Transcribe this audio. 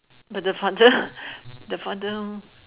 but the father the father